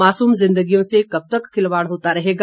मासूस जिंदगियों से कब तक खिलवाड़ होता रहेगा